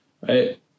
right